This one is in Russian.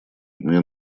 мне